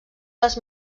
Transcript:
les